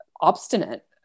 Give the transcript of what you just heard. obstinate